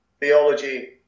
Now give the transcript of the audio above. theology